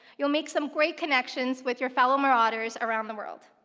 you'll make some great connections with your fellow marauders around the world.